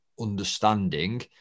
understanding